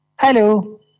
Hello